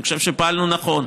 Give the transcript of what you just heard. אני חושב שפעלנו נכון